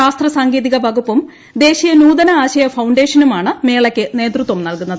ശാസ്ത്ര സാങ്കേതിക വകുപ്പും ദേശീയ നൂതന ആശയ ഫൌണ്ടേഷനുമാണ് മേളയ്ക്ക് നേതൃത്വം നൽകുന്നത്